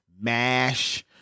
MASH